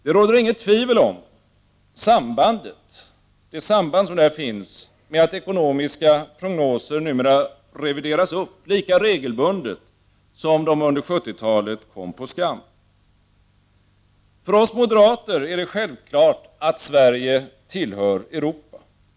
Det råder inget tvivel om sambandet med att ekonomiska prognoser numera revideras upp lika regelbundet som de under 1970-talet kom på skam. För oss moderater är det självklart att Sverige tillhör Europa.